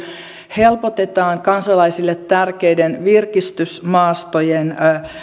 helpotetaan kansalaisille tärkeiden virkistysmaastojen